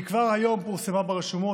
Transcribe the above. והיא כבר היום פורסמה ברשומות,